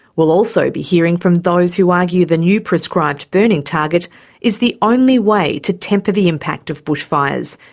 we'll also be hearing from those who argue the new prescribed burning target is the only way to temper the impact of bushfires,